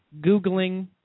Googling